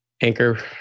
Anchor